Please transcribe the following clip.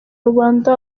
rubanda